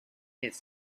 its